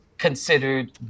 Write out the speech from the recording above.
considered